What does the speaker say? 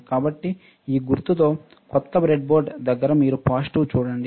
కాబట్టి ఈ గుర్తుతో క్రొత్త బ్రెడ్బోర్డ్ దగ్గర మీరు పాజిటివ్ చూడండి